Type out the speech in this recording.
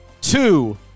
two